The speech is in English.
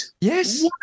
Yes